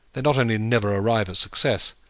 they not only never arrive at success,